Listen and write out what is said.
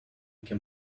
can